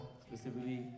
specifically